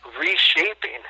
reshaping